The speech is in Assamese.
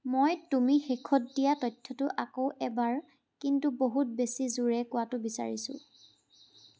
মই তুমি শেষত দিয়া তথ্যটো আকৌ এবাৰ কিন্তু বহুত বেছি জোৰে কোৱাটো বিচাৰিছোঁ